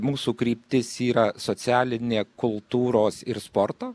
mūsų kryptis yra socialinė kultūros ir sporto